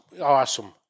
Awesome